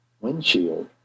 windshield